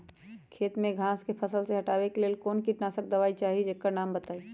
खेत में घास के फसल से हटावे के लेल कौन किटनाशक दवाई चाहि दवा का नाम बताआई?